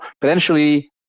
potentially